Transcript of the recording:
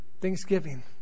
Thanksgiving